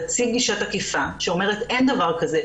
תציג גישה תקיפה שאומרת שאין דבר כזה,